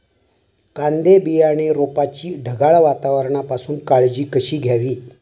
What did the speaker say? कांदा बियाणे रोपाची ढगाळ वातावरणापासून काळजी कशी घ्यावी?